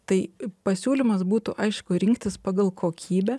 tai pasiūlymas būtų aišku rinktis pagal kokybę